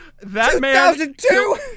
2002